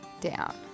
down